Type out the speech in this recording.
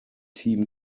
team